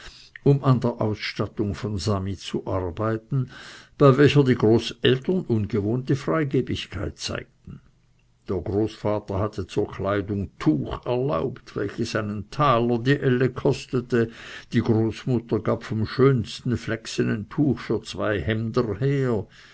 um an der ausstattung von sami zu arbeiten bei welcher die großeltern ungewohnte freigebigkeit zeigten der großvater hatte zur kleidung tuch erlaubt welches einen taler die elle kostete die großmutter gab vom schönsten flächsenen tuch für zwei hemder her